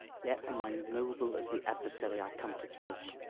yet am i noble as the adversary i come to cope.